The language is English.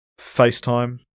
FaceTime